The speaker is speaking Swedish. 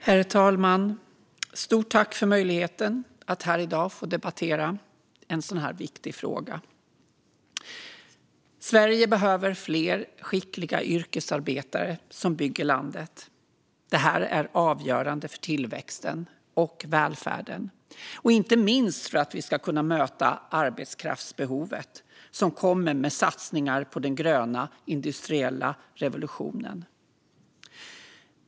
Herr talman! Stort tack för möjligheten att här i dag debattera en sådan här viktig fråga! Sverige behöver fler skickliga yrkesarbetare som bygger landet. Det här är avgörande för tillväxten och välfärden - och inte minst för att vi ska kunna möta arbetskraftsbehovet som kommer med satsningar på den gröna industriella revolutionen.